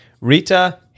Rita